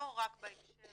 לא רק בהקשר